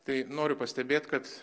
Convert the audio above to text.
tai noriu pastebėt kad